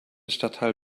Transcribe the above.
stadtteil